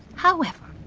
however,